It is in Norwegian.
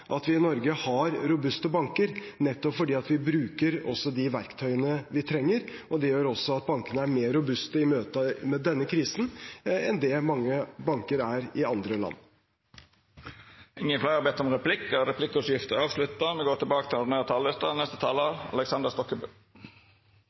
at vi i Norge har robuste banker nettopp fordi vi bruker de verktøyene vi trenger. Det gjør også at bankene er mer robuste i møte med denne krisen enn det mange banker i andre land er. Replikkordskiftet er avslutta. Over flere år har det vært en eksplosiv vekst i familienes forbruksgjeld. Derfor har regjeringen strammet inn, og nå er